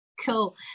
cool